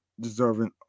deserving